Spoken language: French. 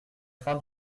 fin